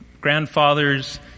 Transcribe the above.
grandfathers